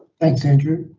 thanks andrew.